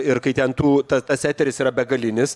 ir kai ten tų ta tas eteris yra begalinis